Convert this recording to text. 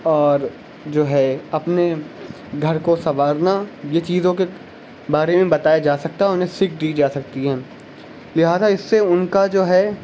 اور جو ہے اپنے گھر کو سنوارنا جو چیزوں کے بارے میں بتایا جا سکتا انہیں سیکھ دی جا سکتی ہیں لہٰذا اس سے ان کا جو ہے